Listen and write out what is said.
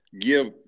give